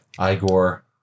Igor